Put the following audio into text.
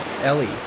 Ellie